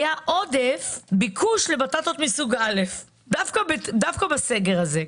היה עודף ביקוש לבטטות מסוג א' דווקא בסגר הזה,